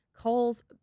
calls